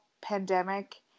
pandemic